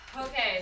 Okay